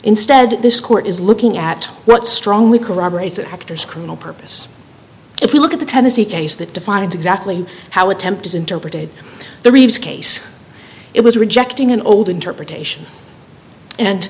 instead this court is looking at what strongly corroborates an actor's criminal purpose if you look at the tennessee case that defines exactly how attempt is interpreted the reeves case it was rejecting an old interpretation and